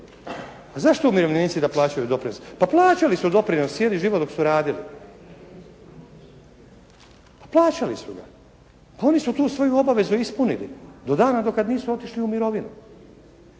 A zašto umirovljenici da plaćaju doprinos? Pa plaćali su doprinos cijeli život dok su radili. Plaćali su ga. Pa oni su tu svoju obavezu ispunili do dana do kad nisu otišli u mirovinu.